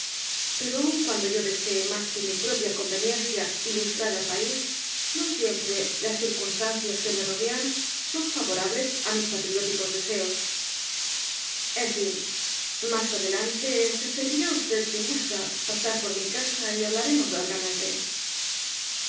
pero aun cuando yo desee más que mi propia conveniencia ilustrar al país no siempre las circunstancias que me rodean son favorables á mis patrióticos deseos en fin más adelante se servirá usted si gusta pasar por mi casa y hablaremos largamente